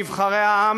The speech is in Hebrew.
נבחרי העם,